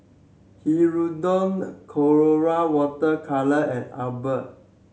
Hirudoid Colora Water Colour and Abbott